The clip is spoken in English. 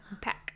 Pack